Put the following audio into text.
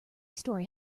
story